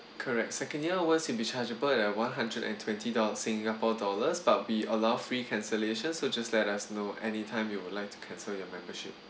correct second year onwards will be chargeable at one hundred and twenty dollars singapore dollars but we allow free cancellation so just let us know anytime you would like to cancel your membership